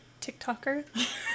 TikToker